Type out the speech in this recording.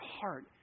heart